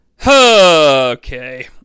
Okay